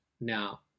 now